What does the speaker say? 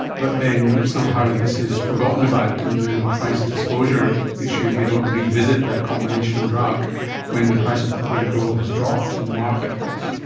but then somehow this is forgotten about in the price disclosure issue, they don't revisit that combination drug when the price of clopidogrel has dropped in the marketplace.